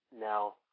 now